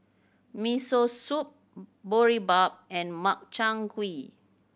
Miso Soup Boribap and Makchang Gui